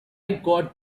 got